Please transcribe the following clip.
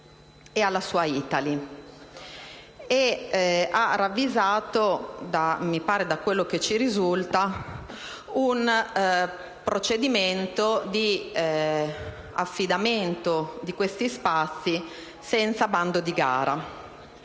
e al suo Eataly ed ha ravvisato - da quanto ci risulta - un procedimento di affidamento di questi spazi senza bando di gara.